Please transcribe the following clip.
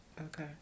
okay